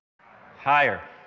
Higher